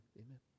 amen